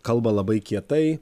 kalba labai kietai